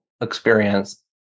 experience